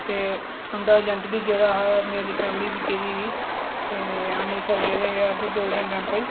ते उं'दा एजेंट बी गेदा हा ते मेरी फैमिली बी गेदी ही ते अमृतसर गेदे हे अस गोल्डन टैम्पल